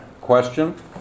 question